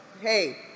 hey